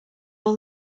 all